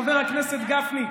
חבר הכנסת גפני.